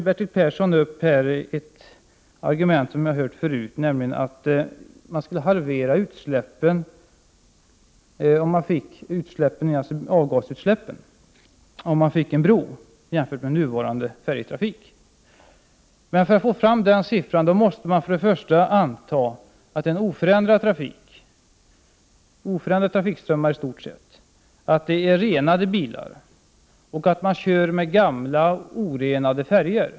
Bertil Persson använde ett argument som jag har hört förut, nämligen att avgasutsläppen, om man fick en bro, skulle halveras jämfört med utsläppen från nuvarande färjetrafik. För att få fram den siffran måste man anta att trafikströmmarna är i stort sett oförändrade, att man använder sig av bilar med avgasrening och att man kör med gamla färjor utan rening av utsläppen.